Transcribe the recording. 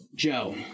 Joe